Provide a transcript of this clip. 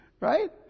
Right